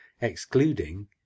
excluding